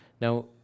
Now